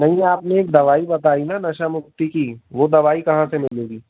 नहीं यह आपने एक दवाई बताई ना नशा मुक्ति की वह दवाई कहाँ से मिलेगी